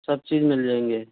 सब चीज मिल जाएंगे